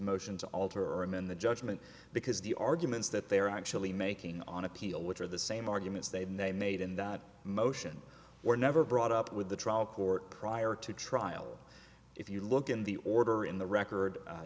motions alter or amend the judgment because the arguments that they are actually making on appeal which are the same arguments they made in that motion were never brought up with the trial court prior to trial if you look in the order in the record